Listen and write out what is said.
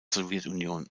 sowjetunion